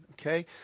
Okay